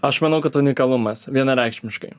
aš manau kad unikalumas vienareikšmiškai